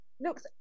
looks